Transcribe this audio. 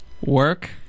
work